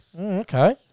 Okay